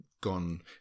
gone